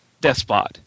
despot